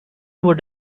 would